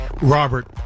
Robert